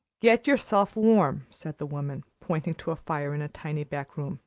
get yourself warm, said the woman, pointing to a fire in a tiny back room.